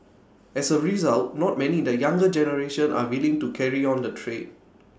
as A result not many in the younger generation are willing to carry on the trade